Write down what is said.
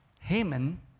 Haman